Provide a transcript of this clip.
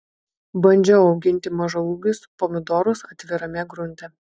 bandžiau auginti mažaūgius pomidorus atvirame grunte